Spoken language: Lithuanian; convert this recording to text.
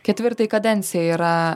ketvirtai kadencijai yra